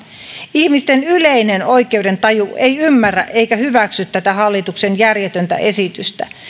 ihmisten yleinen oikeudentaju ei ymmärrä eikä hyväksy tätä hallituksen järjetöntä esitystä